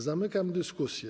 Zamykam dyskusję.